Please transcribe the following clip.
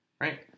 Right